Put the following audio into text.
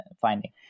finding